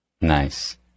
Nice